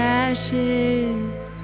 ashes